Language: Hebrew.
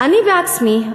אני בעצמי,